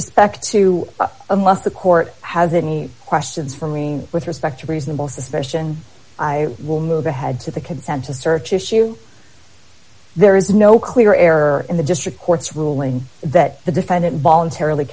respect to unless the court has any questions for mean with respect to reasonable suspicion i will move ahead to the consent to search issue there is no clear error in the district court's ruling that the defendant voluntarily